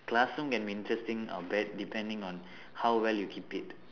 classroom can be interesting uh depending on how well you keep it